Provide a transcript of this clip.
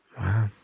wow